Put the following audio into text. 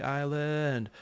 island